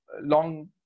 long